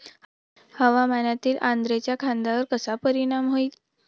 हवामानातील आर्द्रतेचा कांद्यावर कसा परिणाम होईल?